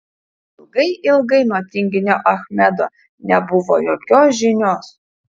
ilgai ilgai nuo tinginio achmedo nebuvo jokios žinios